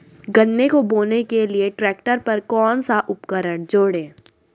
गन्ने को बोने के लिये ट्रैक्टर पर कौन सा उपकरण जोड़ें?